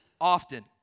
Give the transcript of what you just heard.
often